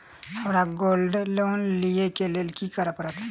हमरा gold loan लिय केँ लेल की करऽ पड़त?